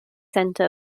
center